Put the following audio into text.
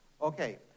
Okay